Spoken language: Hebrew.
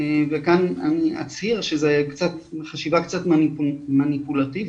וכאן אצהיר שזו חשיבה קצת מניפולטיבית,